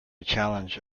challenge